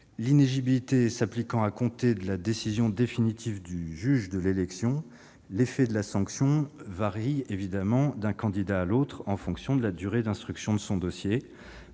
L'inéligibilité s'appliquant à compter de la décision définitive du juge de l'élection, l'effet de la sanction varie d'un candidat à un autre, en fonction de la durée d'instruction de son dossier.